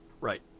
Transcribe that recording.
Right